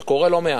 זה קורה לא מעט.